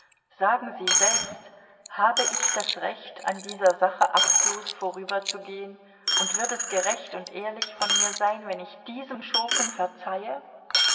sagen sie selbst habe ich das recht an dieser sache achtlos vorüberzugehen und wird es gerecht und ehrlich von mir sein wenn ich diesen schurken verzeihe